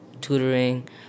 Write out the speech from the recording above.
tutoring